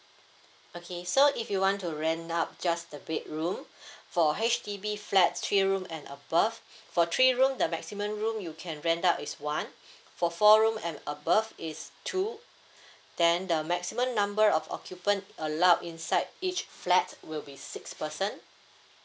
okay so if you want to rent out just the bedroom for H_D_B flats three room and above for three room the maximum room you can rent out is one for four room and above is two then the maximum number of occupant allowed inside each flat will be six person